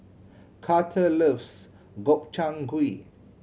Carter loves Gobchang Gui